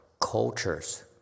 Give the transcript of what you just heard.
cultures